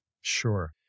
Sure